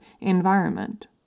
environment